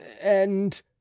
and—